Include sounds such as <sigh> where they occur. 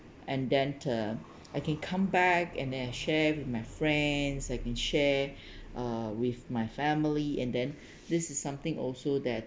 and then uh I can come back and then I share with my friends I can share <breath> uh with my family and then this is something also that